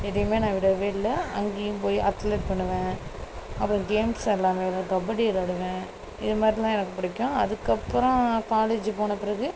எதையுமே நான் விடவே இல்லை அங்கேயும் போய் அத்லெட் பண்ணுவேன் அப்புறம் கேம்ஸ் எல்லாமே கபடி விளாடுவேன் இதுமாதிரிலாம் எனக்கு பிடிக்கும் அதுக்கப்புறம் காலேஜ்ஜி போன பிறகு